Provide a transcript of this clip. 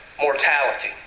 mortality